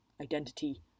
identity